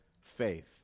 faith